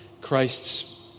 Christ's